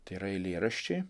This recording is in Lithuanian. tai yra eilėraščiai